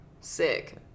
sick